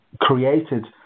created